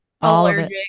allergic